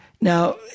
Now